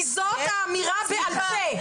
כי זאת האמירה בעל פה.